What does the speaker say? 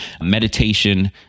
Meditation